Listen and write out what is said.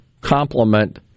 complement